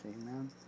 Amen